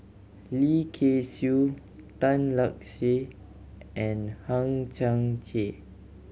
Lim Kay Siu Tan Lark Sye and Hang Chang Chieh